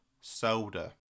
soda